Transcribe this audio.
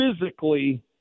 physically